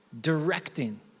directing